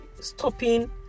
stopping